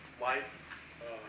life